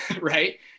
right